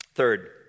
Third